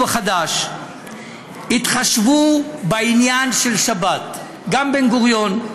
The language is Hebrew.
החדש התחשבו בעניין של שבת גם בן-גוריון,